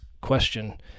question